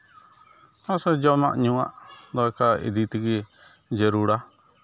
ᱟᱨ ᱥᱮ ᱡᱚᱢᱟᱜ ᱧᱩᱣᱟᱜ ᱫᱟᱠᱟ ᱤᱫᱤ ᱛᱮᱜᱮ ᱡᱟᱹᱨᱩᱲᱟ